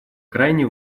крайне